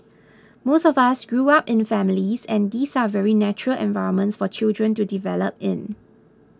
most of us grew up in families and these are very natural environments for children to develop in